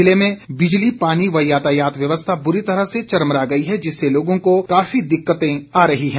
जिले में बिजली पानी व यातायात व्यवस्था बुरी तरह से चरमरा गई है जिससे लोगों को काफी दिक्कतें आ रही हैं